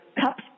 cups